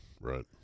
right